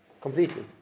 Completely